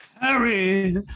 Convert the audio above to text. Harry